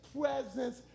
presence